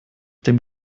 dem